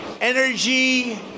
energy